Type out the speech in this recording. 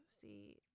see